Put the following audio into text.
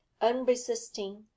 unresisting